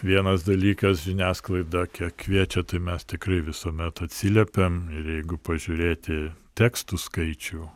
vienas dalykas žiniasklaida kiek kviečia tai mes tikrai visuomet atsiliepiam ir jeigu pažiūrėti tekstų skaičių